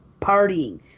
partying